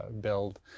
build